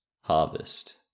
Harvest